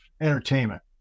entertainment